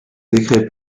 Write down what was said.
décrets